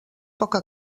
poca